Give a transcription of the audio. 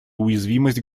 уязвимость